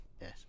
yes